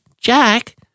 Jack